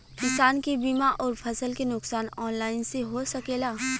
किसान के बीमा अउर फसल के नुकसान ऑनलाइन से हो सकेला?